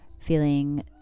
feeling